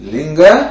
Linga